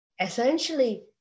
essentially